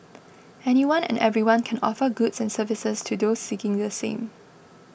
anyone and everyone can offer goods and services to those seeking the same